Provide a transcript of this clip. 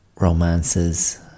romances